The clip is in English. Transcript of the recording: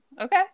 Okay